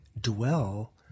dwell